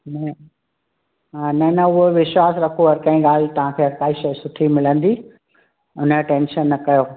हा न न उहो विश्वासु रखो हर कंहिं ॻाल्हि तव्हांखे हर काई शइ सुठी मिलंदी हुन जी टेंशन न कयो